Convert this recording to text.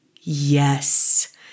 Yes